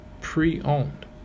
pre-owned